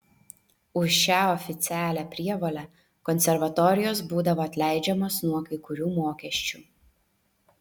už šią oficialią prievolę konservatorijos būdavo atleidžiamos nuo kai kurių mokesčių